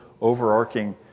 overarching